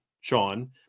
Sean